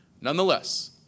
Nonetheless